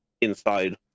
inside